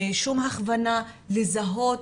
שום הכוונה לזהות,